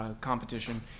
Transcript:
competition